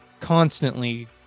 constantly